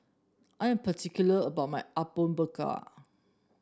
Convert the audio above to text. I'm particular about my Apom Berkuah